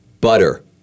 butter